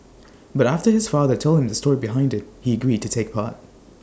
but after his father told him the story behind IT he agreed to take part